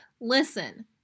Listen